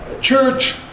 Church